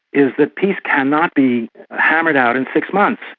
is that peace cannot be hammered out in six months.